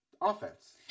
offense